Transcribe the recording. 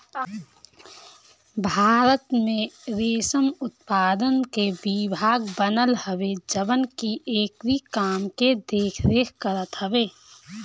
भारत में रेशम उत्पादन के विभाग बनल हवे जवन की एकरी काम के देख रेख करत हवे